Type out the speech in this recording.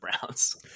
Browns